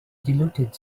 diluted